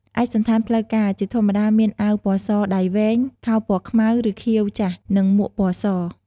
ឯកសណ្ឋានផ្លូវការ ជាធម្មតាមានអាវពណ៌សដៃវែង ខោពណ៌ខ្មៅ ឬខៀវចាស់ និងមួកពណ៌ស។